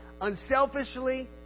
Unselfishly